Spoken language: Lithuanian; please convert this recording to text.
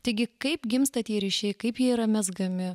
taigi kaip gimsta tie ryšiai kaip jie yra mezgami